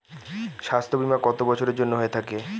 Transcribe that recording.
স্বাস্থ্যবীমা কত বছরের জন্য হয়ে থাকে?